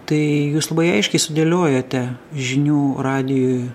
tai jūs labai aiškiai sudėliojote žinių radijui